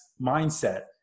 mindset